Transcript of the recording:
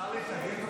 אפשר להתנגד?